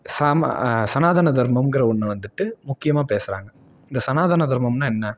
சாம சனாதன தர்மம்கிற ஒன்றை வந்துட்டு முக்கியமாக பேசுறாங்க இந்த சனாதன தர்மம்னால் என்ன